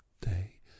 day